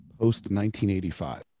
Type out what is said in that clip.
Post-1985